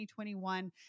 2021